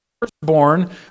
firstborn